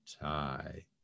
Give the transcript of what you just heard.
tie